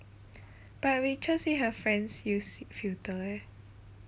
but rachel say her friends use filter leh